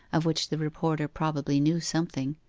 of which the reporter probably knew something,